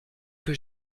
que